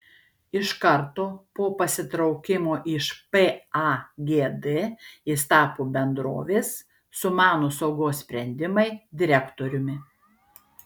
iš karto po pasitraukimo iš pagd jis tapo bendrovės sumanūs saugos sprendimai direktoriumi